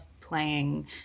playing